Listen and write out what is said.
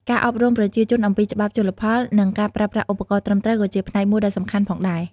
ការអប់រំប្រជាជនអំពីច្បាប់ជលផល និងការប្រើប្រាស់ឧបករណ៍ត្រឹមត្រូវក៏ជាផ្នែកមួយដ៏សំខាន់ផងដែរ។